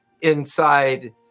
inside